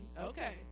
Okay